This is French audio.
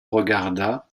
regarda